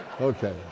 Okay